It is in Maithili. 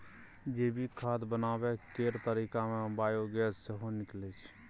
जैविक खाद बनाबै केर तरीका मे बायोगैस सेहो निकलै छै